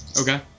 Okay